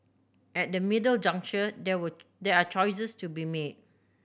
at the middle juncture there were there are choices to be made